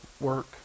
work